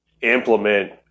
implement